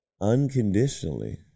unconditionally